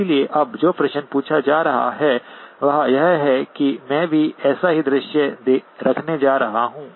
इसलिए अब जो प्रश्न पूछा जा रहा है वह यह है कि मैं भी ऐसा ही दृश्य रखने जा रहा हूं